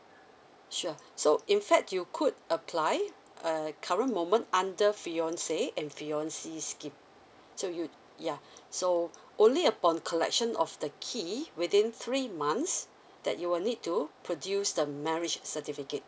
sure so in fact you could apply uh current moment under fiancé and fiancée scheme so you yeah so only upon collection of the key within three months that you will need to produce the marriage certificate